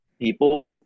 people